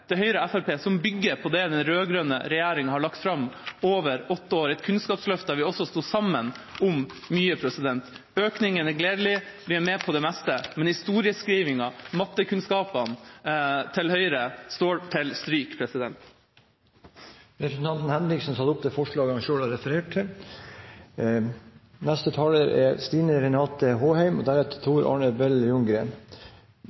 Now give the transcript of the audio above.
det er Høyre og Fremskrittspartiet som bygger på det den rød-grønne regjeringa har lagt fram over åtte år – et kunnskapsløft der vi også sto sammen om mye. Økningen er gledelig, og vi er med på det meste. Men Høyres historieskrivning og mattekunnskaper står til stryk! Da har representanten Martin Henriksen tatt opp det forslaget han